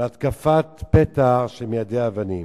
מהתקפת פתע של מיידי אבנים.